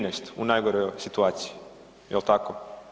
13 u najgoroj situaciji, jel' tako?